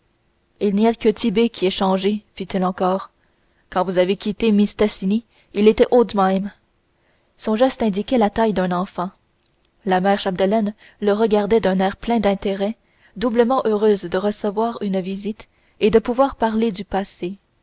il n'y a que tit'bé qui ait changé fit-il encore quand vous avez quitté mistassini il était haut de même son geste indiquait la taille d'un enfant la mère chapdelaine le regardait d'un air plein d'intérêt doublement heureuse de recevoir une visite et de pouvoir parler du passé